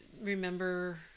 remember